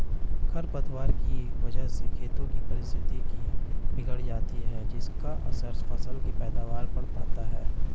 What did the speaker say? खरपतवार की वजह से खेतों की पारिस्थितिकी बिगड़ जाती है जिसका असर फसल की पैदावार पर पड़ता है